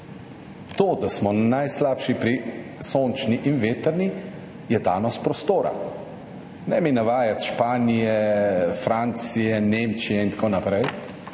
To, da smo najslabši pri sončni in vetrni energiji, je danost prostora. Ne mi navajati Španije, Francije, Nemčije in tako naprej.